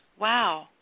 wow